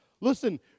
Listen